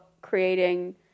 creating